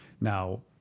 Now